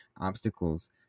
obstacles